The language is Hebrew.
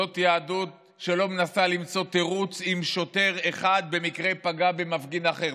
זאת יהדות שלא מנסה למצוא תירוץ אם שוטר אחד במקרה פגע במפגין אחר.